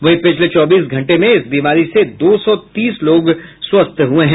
वहीं पिछले चौबीस घंटे में इस बीमारी से दो सौ तीस लोग स्वस्थ हुये हैं